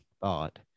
thought